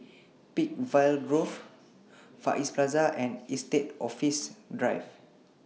Peakville Grove Far East Plaza and Estate Office Drive